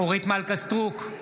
אורית מלכה סטרוק,